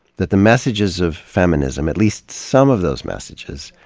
that the messages of feminism, at least some of those messages,